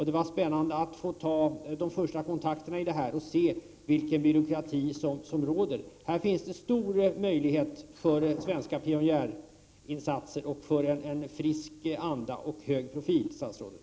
Det var spännande att få ta de första kontakterna i detta sammanhang och se vilken byråkrati som råder. Här finns en stor möjlighet för svenska pionjärinsatser, för en frisk anda och en hög profil, fru statsråd.